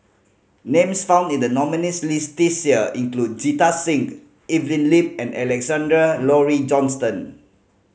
names found in the nominees' list this year include Jita Singh Evelyn Lip and Alexander Laurie Johnston